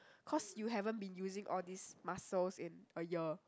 cause you haven't been using all these muscles in a year